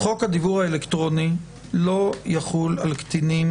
חוק הדיוור האלקטרוני לא יחול על קטינים